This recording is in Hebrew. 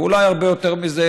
ואולי הרבה יותר מזה,